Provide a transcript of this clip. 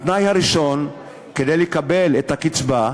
התנאי הראשון, כדי לקבל את הקצבה,